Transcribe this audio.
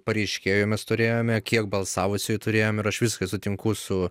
pareiškėjų mes turėjome kiek balsavusiųjų turėjome ir aš viską sutinku su